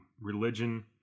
religion